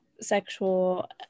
sexual